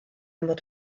mod